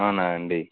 అవునా అండి